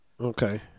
Okay